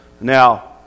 Now